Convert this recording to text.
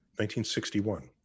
1961